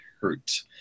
hurt